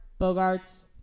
Bogarts